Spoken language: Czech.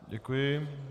Děkuji.